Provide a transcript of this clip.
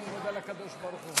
אתה קורא לעצמך, אין דבר כזה.